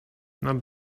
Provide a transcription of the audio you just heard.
nad